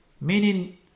meaning